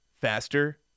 faster